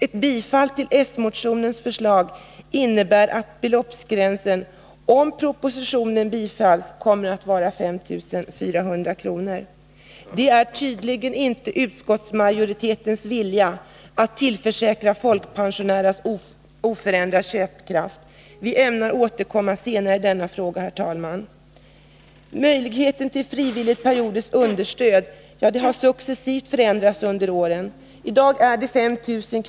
Ett bifall till s-:motionärernas förslag innebär att beloppsgränsen — om propositionen bifalls — kommer att vara 5 400 kr.” Det är tydligen inte utskottsmajoritetens vilja att tillförsäkra folkpensionärerna oförändrad köpkraft. Vi ämnar återkomma senare i denna fråga. Herr talman! Möjligheterna till avdrag för frivilligt periodiskt understöd har successivt förändrats under åren. I dag är det 5 000 kr.